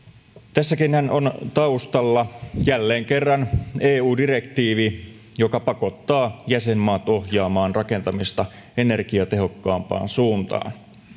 tässäkinhän on taustalla jälleen kerran eu direktiivi joka pakottaa jäsenmaat ohjaamaan rakentamista energiatehokkaampaan suuntaan